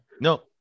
No